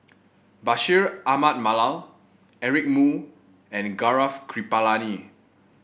Bashir Ahmad Mallal Eric Moo and Gaurav Kripalani